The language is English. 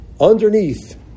underneath